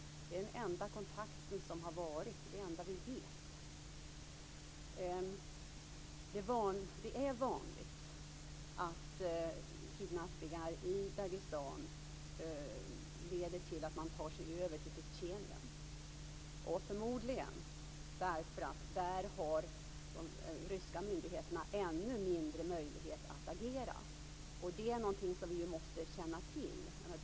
Det är den enda kontakten som har varit, och det är det enda vi vet. Det är vanligt att kidnappningar i Dagestan leder till att man tar sig över till Tjetjenien, förmodligen därför att de ryska myndigheterna där har ännu mindre möjligheter att agera. Det är något som vi måste känna till.